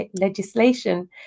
legislation